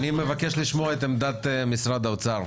אני מבקש לשמוע את עמדת משרד האוצר.